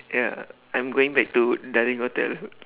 ya I'm going back to hotel